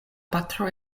patro